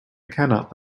cannot